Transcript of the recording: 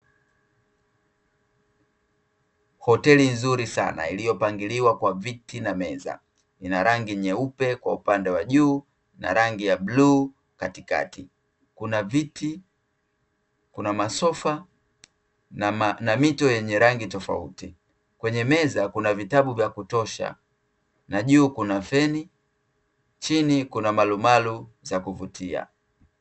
Hoteli nzuri sana iliyopangiliwa kwa viti na meza. Ina rangi nyeupe kwa upande wa juu na rangi ya bluu katikati. Kuna viti, kuna masofa na mito yenye rangi tofauti. Kwenye meza kuna vitabu vya kutosha. Na juu kuna feni. Chini kuna malumalu za kuvutia.